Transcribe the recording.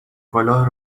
کلاه